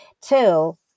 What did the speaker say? till